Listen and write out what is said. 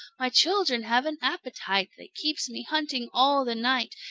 my children have an appetite that keeps me hunting all the night,